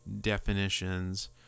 definitions